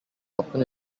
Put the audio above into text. often